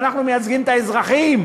אנחנו מייצגים את האזרחים,